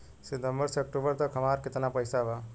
सितंबर से अक्टूबर तक हमार कितना पैसा बा?